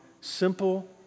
simple